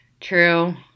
True